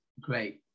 Great